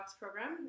program